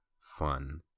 fun